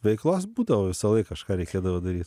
veiklos būdavo visąlaik kažką reikėdavo daryt